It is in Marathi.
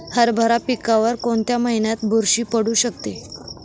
हरभरा पिकावर कोणत्या महिन्यात बुरशी पडू शकते?